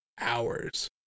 hours